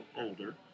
older